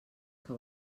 que